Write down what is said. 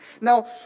Now